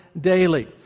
daily